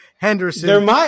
Henderson